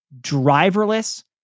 driverless